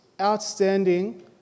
outstanding